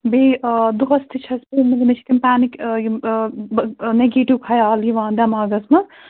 بیٚیہِ آ دۄہَس تہِ چھَس بہٕ مےٚ چھِ تِم پینٕک یِم نیگیٹِو خیال یِوان دٮ۪ماغَس منٛز